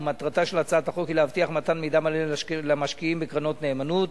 ומטרתה של הצעת החוק היא להבטיח מתן מידע מלא למשקיעים בקרנות נאמנות,